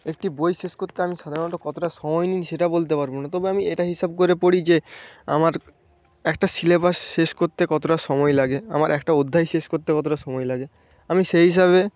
একটি বই শেষ করতে আমি সাধারণত কতটা সময় নিই সেটা বলতে পারবো না তবে আমি এটা হিসাব করে পড়ি যে আমার একটা সিলেবাস শেষ করতে কতটা সময় লাগে আমার একটা অধ্যায় শেষ করতে কতটা সময় লাগে আমি সেই হিসাবে